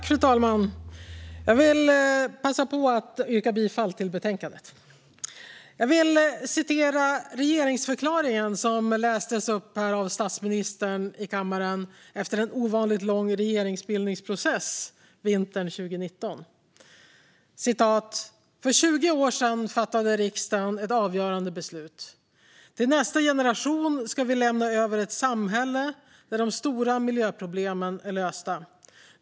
Fru talman! Jag vill passa på att yrka bifall till förslaget i betänkandet. Jag vill också citera ur regeringsförklaringen, som statsministern läste upp här i kammaren vintern 2019, efter en ovanligt lång regeringsbildningsprocess: "För 20 år sedan fattade riksdagen ett avgörande beslut: Till nästa generation ska vi lämna över ett samhälle där de stora miljöproblemen är lösta.